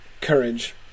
courage